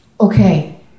Okay